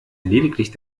lediglich